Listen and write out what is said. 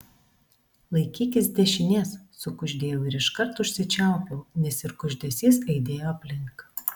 laikykis dešinės sukuždėjau ir iškart užsičiaupiau nes ir kuždesys aidėjo aplink